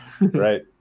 Right